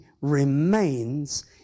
remains